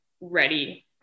ready